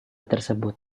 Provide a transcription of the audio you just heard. tersebut